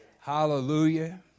hallelujah